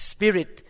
Spirit